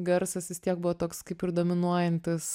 garsas vis tiek buvo toks kaip ir dominuojantis